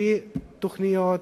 בלי תוכניות,